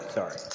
Sorry